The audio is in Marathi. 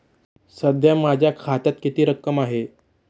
सध्या माझ्या खात्यात किती रक्कम आहे?